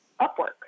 Upwork